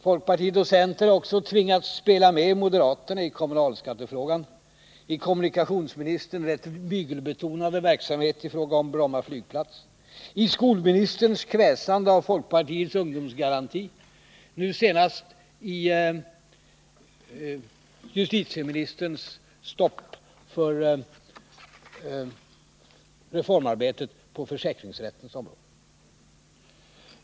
Centern och folkpartiet har tvingats spela med moderaterna i kommunalskattefrågan, i kommunikationsministerns mygelbetonade verksamhet kring Bromma flygplats, i skolministerns kväsande av folkpartiets ungdomsgaranti och nu senast i justitieministerns stopp för reformarbetet på försäkringsrättens område.